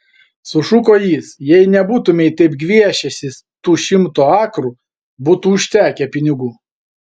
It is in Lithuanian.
sušuko jis jei nebūtumei taip gviešęsis tų šimto akrų būtų užtekę pinigų